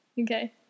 Okay